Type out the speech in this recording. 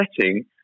setting